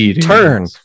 turn